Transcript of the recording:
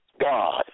God